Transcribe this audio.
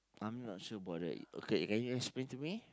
I'm not sure about that okay can you explain to me